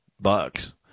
bucks